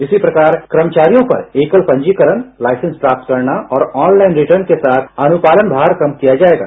इसी प्रकार कर्मचारियों पर एकल पंजीकरण लाइसेंस प्राप्त करना और ऑनलाइन रिर्टन के साथ अनुपालन भार कम किया जाएगा